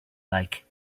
like